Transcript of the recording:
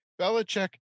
belichick